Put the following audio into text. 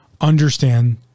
understand